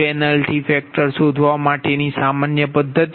હવે penalty factor શોધવા માટેની સામાન્ય પદ્ધતિ